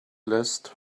list